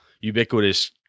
ubiquitous